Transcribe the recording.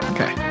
Okay